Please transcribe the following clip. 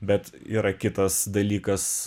bet yra kitas dalykas